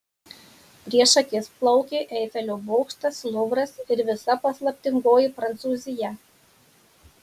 prieš akis plaukė eifelio bokštas luvras ir visa paslaptingoji prancūzija